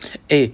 eh